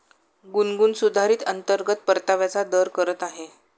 गुनगुन सुधारित अंतर्गत परताव्याचा दर करत आहे